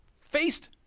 faced